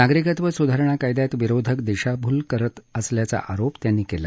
नागरिकत्व सुधारणा कायद्यात विरोधक दिशाभूल करत असल्याचा आरोप त्यांनी केला